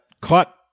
caught